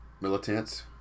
Militants